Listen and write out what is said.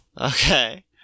Okay